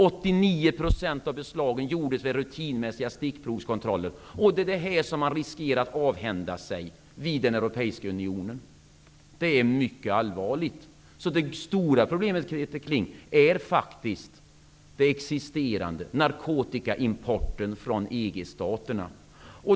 89 % av beslagen gjordes alltså vid rutinmässiga stickprovskontroller. Det är detta som man riskerar att avhända sig vid den europeiska unionen. Det är mycket allvarligt. Det stora problemet, Peter Kling, är faktiskt den existerande narkotikaimporten från EG-staterna.